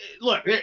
Look